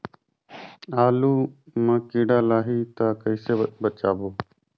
आलू मां कीड़ा लाही ता कइसे बचाबो?